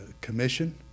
commission